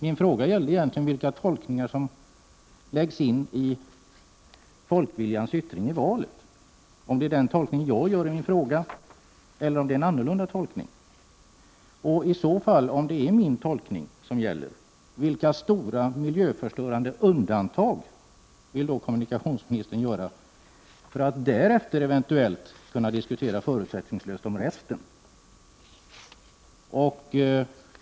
Min fråga gällde vilken tolkning som läggs in i folkviljans yttring i valet, om det är den tolkning jag gör i min fråga eller en annorlunda tolkning. Om det är min tolkning som gäller, vilka stora miljöförstörande undantag vill kommunikationsministern i så fall göra för att därefter eventuellt kunna diskutera förutsättningslöst om resten?